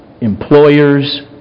employers